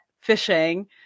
fishing